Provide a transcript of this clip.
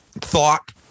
thought